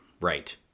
right